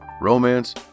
romance